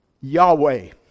yahweh